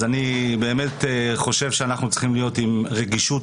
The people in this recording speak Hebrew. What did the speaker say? אני באמת חושב שאנחנו צריכים להיות עם רגישות